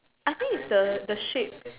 I think is the the shape